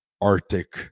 Arctic